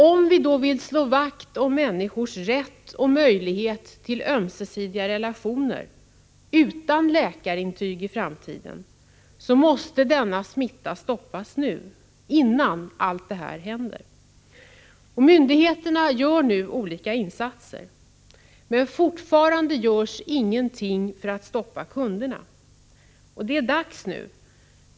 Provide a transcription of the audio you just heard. Om vi vill slå vakt om människors rätt och möjlighet till ömsesidiga relationer i framtiden, utan läkarintyg, måste denna smitta stoppas nu, innan allt det här händer. Myndigheterna gör för närvarande olika insatser, men fortfarande görs ingenting för att stoppa kunderna. Det är dags nu.